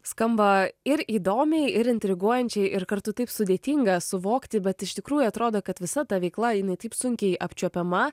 skamba ir įdomiai ir intriguojančiai ir kartu taip sudėtinga suvokti bet iš tikrųjų atrodo kad visa ta veikla jinai taip sunkiai apčiuopiama